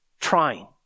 trying